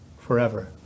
forever